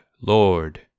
Lord